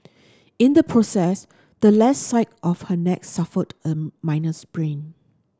in the process the left side of her neck suffered a minor sprain